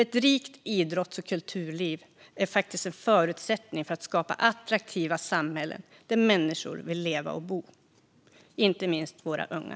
Ett rikt idrotts och kulturliv är faktiskt en förutsättning för att skapa attraktiva samhällen där människor vill leva och bo, inte minst våra unga.